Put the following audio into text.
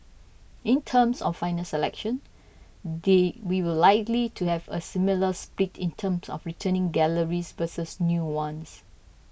in terms of final selection we will likely to have a similar split in terms of returning galleries versus new ones